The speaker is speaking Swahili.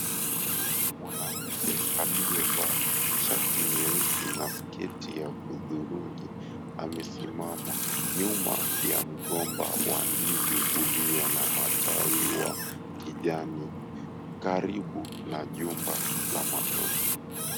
Mwanamke aliyevaa shati nyeusi na sketi ya hudhurungi amesimama nyuma ya mgomba wa ndizi ulio na matawi wa kijani karibu na jumba la matope.